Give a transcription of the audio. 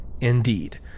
Indeed